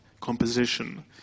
composition